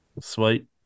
sweet